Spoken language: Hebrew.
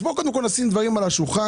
בוא וקודם כול נשים דברים על השולחן,